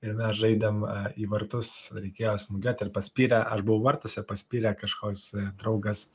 ir mes žaidėm į vartus reikėjo smūgiuoti ir paspyrė aš buvau vartuose paspyrė kažkoks draugas